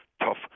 tough